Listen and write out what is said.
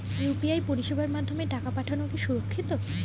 UPI পরিষেবার মাধ্যমে টাকা পাঠানো কি সুরক্ষিত?